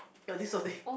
ya this was lame